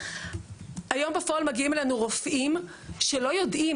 היום בפועל מגיעים אלינו רופאים שלא יודעים,